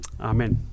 Amen